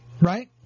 right